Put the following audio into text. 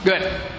good